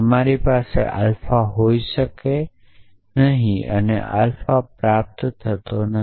તમારી પાસે આલ્ફા હોઈ શકે અથવા નેગેટિવ આલ્ફા હોઇ શકે છે